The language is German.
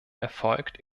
erfolgt